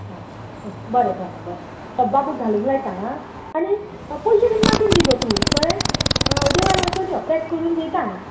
आ ह बरें बरें बरें बाबूक घालूंक लायता आ आनी पयशे बीन मागीर दी गो तूं कयें देवळान वचोन यो पॅक करून थेयता हांगां